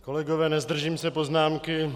Kolegové, nezdržím se poznámky.